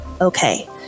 okay